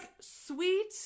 sweet